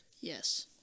Yes